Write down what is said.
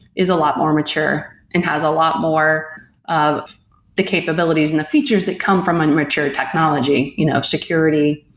is a lot more mature and has a lot more of the capabilities and the features that come from a mature technology you know of security,